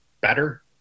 better